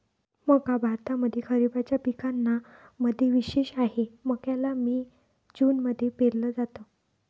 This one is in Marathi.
मक्का भारतामध्ये खरिपाच्या पिकांना मध्ये विशेष आहे, मक्याला मे जून मध्ये पेरल जात